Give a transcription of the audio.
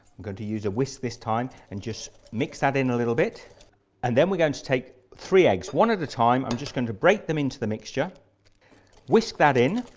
going to use a whisk this time and just mix that in a little bit and then we're going to take three eggs one at the time, i'm just going to break them into the mixture whisk that i,